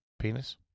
Penis